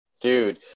Dude